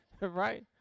right